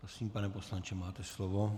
Prosím, pane poslanče, máte slovo.